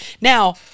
Now